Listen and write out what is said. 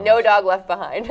no dogs left behind